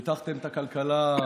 פיתחתם את הכלכלה,